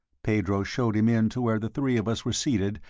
pedro showed him in to where the three of us were seated,